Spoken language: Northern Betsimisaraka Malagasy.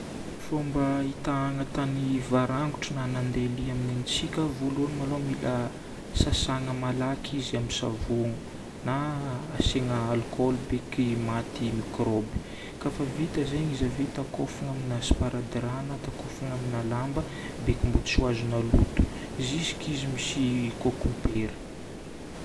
Fomba itahagna tany voarangotro.na mandeha li amin'ny antsika. Voalohany maloha mila sasagna malaky izy amin'ny savono na asiagna alikôla beky maty mikrôby. Kafa vita zagny izy ave, takofagna amina sparadrap na takofagna amina lamba beky mbô tsy ho azona loto jusque izy misy kôkobera